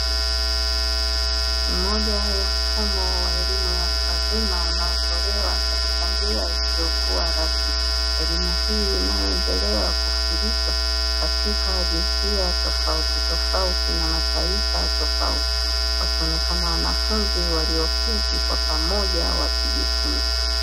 Moja ya mfumo wa elimu ya watu wazima unaotolewa katika njia isiyokuwa rasmi, elimu hii inayoendelea kufundishwa katika jinsia tofautitofauti na mataifa tofauti wakionekana wanafunzi walioketi kwa pamoja wakijifunza.